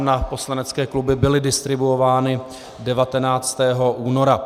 Na poslanecké kluby vám byly distribuovány 19. února.